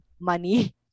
money